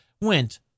went